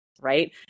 right